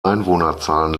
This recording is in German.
einwohnerzahlen